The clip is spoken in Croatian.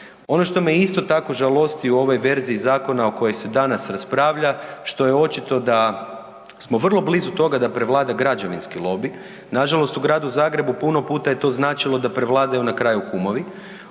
Ono što me isto tako žalosti u ovoj verziji zakona o kojoj se danas raspravlja, što je očito da smo vrlo blizu toga da prevlada građevinski lobij, nažalost u Gradu Zagrebu puno puta je to značilo da prevladaju na kraju kumovi,